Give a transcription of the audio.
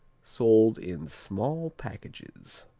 sold in small packages.